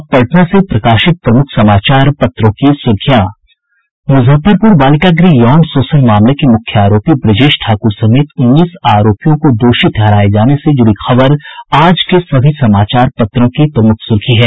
अब पटना से प्रकाशित प्रमुख समाचार पत्रों की सुर्खियां मुजफ्फरपुर बालिका गृह यौन शोषण मामले के मुख्य आरोपी ब्रजेश ठाकुर समेत उन्नीस आरोपियों को दोषी ठहराये जाने से जुड़ी खबर आज के सभी समाचार पत्रों की प्रमुख सुर्खी है